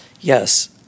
yes